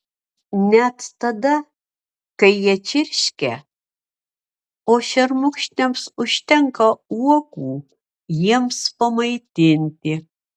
net tada kai jie čirškia o šermukšniams užtenka uogų jiems pamaitinti